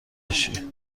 بشی